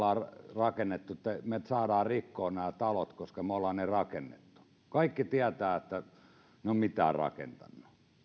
että me saamme rikkoa nämä talot koska me olemme ne rakentaneet kaikki tietävät että he eivät ole mitään rakentaneet